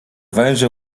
węże